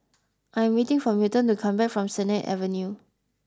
I'm waiting for Milton to come back from Sennett Avenue